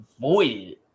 void